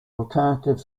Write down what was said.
alternative